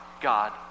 God